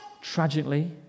Tragically